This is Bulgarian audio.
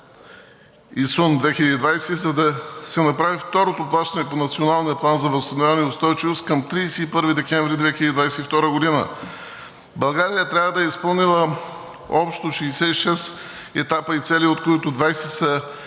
ИСУН 2020 г., за да се направи второто плащане по Националния план за възстановяване и устойчивост към 31 декември 2022 г. България трябва да е изпълнила общо 66 етапа и цели, от които 20 са